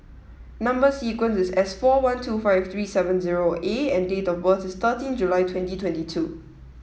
number sequence is S four one two five three seven zero A and date of birth is thirteen July twenty twenty two